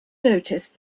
noticed